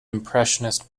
impressionist